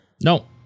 No